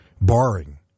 barring